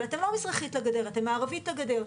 אבל אתם לא מזרחית לגדר; אתם מערבית לגדר.